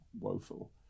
woeful